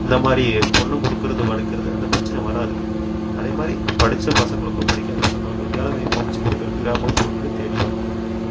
இந்த மாதிரி பொண்ணு கொடுக்குறது எடுக்கிறது இந்த பிரச்சின வராது அதே மாதிரி படிச்ச பசங்களுக்கும் படிக்காத பசங்களுக்கும் வேலைவாய்ப்பு அமைச்சு கொடுக்குறக்கு கிராமப்புறங்களுக்கு தேடி வரணும்